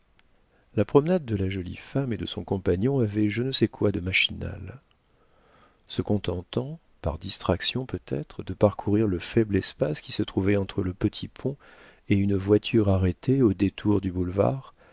la promenade de la jolie femme et de son compagnon avait je ne sais quoi de machinal se contentant par distraction peut-être de parcourir le faible espace qui se trouvait entre le petit pont et une voiture arrêtée au détour du boulevard